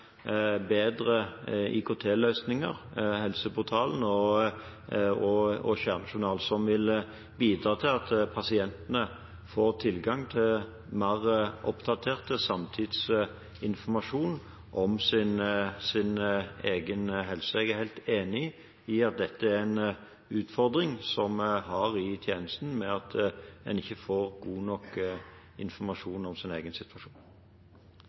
bedre IKT-løsninger, helseportalen og kjernejournal, som vil bidra til at pasientene får tilgang til mer oppdatert samtidsinformasjon om sin egen helse. Jeg er helt enig i at dette er en utfordring som vi har i tjenesten, at man ikke får god nok informasjon om sin egen situasjon.